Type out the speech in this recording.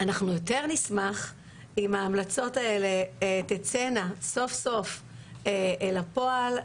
אנחנו יותר נשמח אם ההמלצות האלה תצאנה סוף סוף אל הפועל.